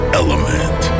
element